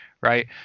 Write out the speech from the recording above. right